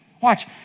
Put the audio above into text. Watch